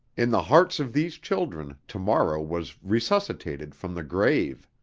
in the hearts of these children tomorrow was resuscitated from the grave.